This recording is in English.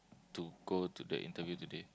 to go to the interview today